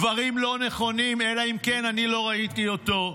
הדברים לא נכונים, אלא אם כן אני לא ראיתי אותו.